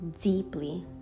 deeply